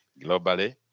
globally